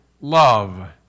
love